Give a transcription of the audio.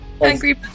Angry